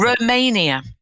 Romania